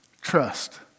trust